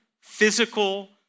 physical